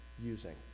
using